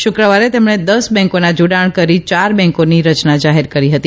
શુક્રવારે તેમણે દસ બેંકોના જાડાણ કરી યાર બેંકોની રચના જાહેર કરી હતી